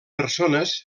persones